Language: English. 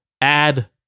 add